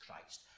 Christ